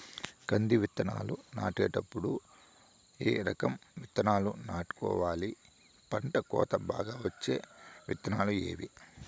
కంది విత్తనాలు నాటేటప్పుడు ఏ రకం విత్తనాలు నాటుకోవాలి, పంట కోత బాగా వచ్చే విత్తనాలు ఏవీ?